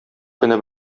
көне